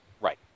Right